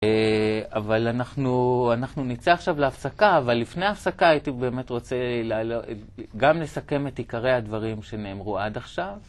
אבל אנחנו נצא עכשיו להפסקה, אבל לפני ההפסקה הייתי באמת רוצה גם לסכם את עיקרי הדברים שנאמרו עד עכשיו.